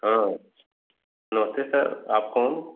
हाँ नमस्ते सर आप कौन